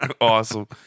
Awesome